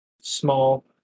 Small